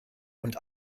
und